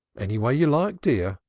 any way you like, dear,